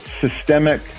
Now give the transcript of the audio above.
systemic